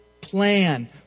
plan